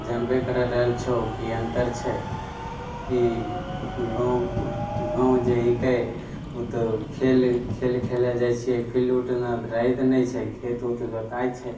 जानबे करय जाइ छौ की अन्तर छै की गाँव गाँव जे हिकय उ तऽ खेल खेल खेलाइ जाइ छियै फील्ड रहय नहि छै खेत उत जोताइ छै